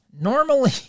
Normally